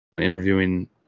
interviewing